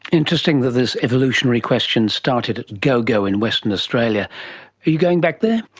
interesting that this evolutionary question started at gogo in western australia. are you going back there?